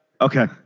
Okay